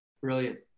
Brilliant